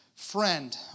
Friend